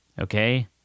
Okay